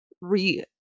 re